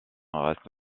reste